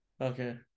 okay